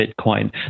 Bitcoin